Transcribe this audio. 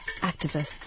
Activists